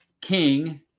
King